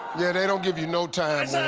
yeah, they don't give you no time,